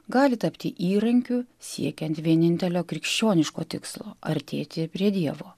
gali tapti įrankiu siekiant vienintelio krikščioniško tikslo artėti prie dievo